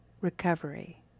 recovery